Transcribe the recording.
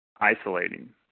isolating